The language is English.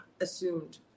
assumed